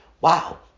wow